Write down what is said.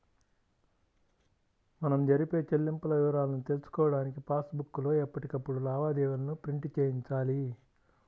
మనం జరిపే చెల్లింపుల వివరాలను తెలుసుకోడానికి పాస్ బుక్ లో ఎప్పటికప్పుడు లావాదేవీలను ప్రింట్ చేయించాలి